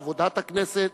לעבודת הכנסת,